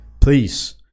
please